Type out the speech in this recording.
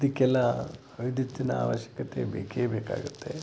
ಇದಕ್ಕೆಲ್ಲ ವಿದ್ಯುತ್ತಿನ ಅವಶ್ಯಕತೆ ಬೇಕೇ ಬೇಕಾಗುತ್ತೆ